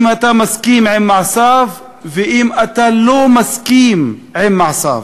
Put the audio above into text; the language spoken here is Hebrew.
אם אתה מסכים עם מעשיו ואם אתה לא מסכים עם מעשיו.